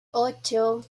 ocho